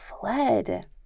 fled